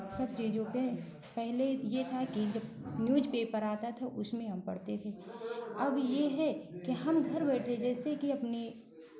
सब चीज़ों पे पहले ये था कि जब न्यूज़पेपर आता था उसमें हम पढ़ते थे अब ये है कि हम घर बैठे जैसे कि अपने